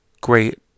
great